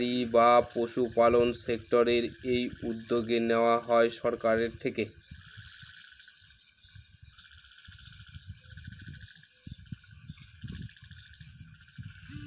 dairy বা পশুপালন সেক্টরের এই উদ্যোগ নেওয়া হয় সরকারের থেকে